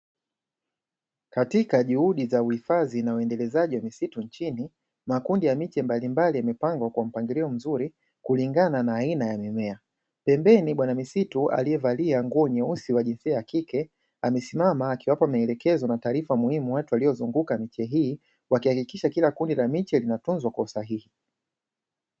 Katika juhudi za uhifadhi na uendelezaji wa misitu nchini, makundi ya miche mbalimbali yamepangwa kwa mpangilio mzuri kulingana na aina ya mimea. Pembeni bwana misitu aliyevalia nguo nyeusi wa jinsia ya kike amesima akiwapa maelekezo na taarifa muhimu watu waliozunguka miche hii, wakihakikisha kila kundi la miche linatunzwa kwa usahihi.